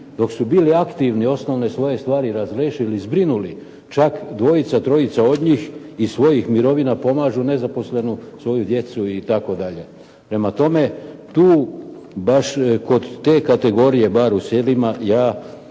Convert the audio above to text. dok su bili aktivni osnovne svoje stvari razriješili, zbrinuli. Čak dvojica, trojica od njih iz svojih mirovina pomažu svoju nezaposlenu svoju djecu itd. Prema tome, baš kod te kategorije bar u selima, ja